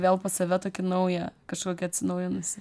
vėl pas save tokį naują kažkokį atsinaujinusį